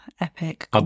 epic